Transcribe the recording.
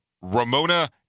Ramona